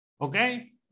okay